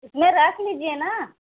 इसमें रख लीजिए न